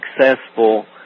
successful